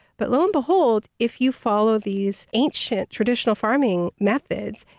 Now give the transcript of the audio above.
but low and behold if you follow these ancient traditional farming methods,